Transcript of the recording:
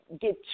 get